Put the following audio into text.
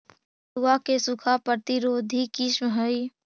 मड़ुआ के सूखा प्रतिरोधी किस्म हई?